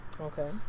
Okay